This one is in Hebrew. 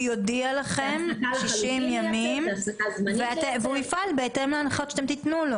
הוא יודיע לכם בתוך 60 ימים והוא יפעל בהתאם להנחיות שאתם תתנו לו,